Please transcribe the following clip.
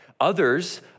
Others